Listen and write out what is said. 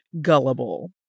gullible